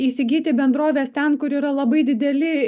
įsigyti bendroves ten kur yra labai dideli